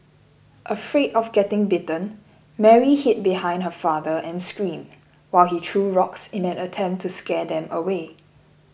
afraid of getting bitten Mary hid behind her father and screamed while he threw rocks in an attempt to scare them away